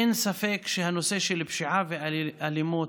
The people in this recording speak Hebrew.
אין ספק שהנושא של הפשיעה והאלימות,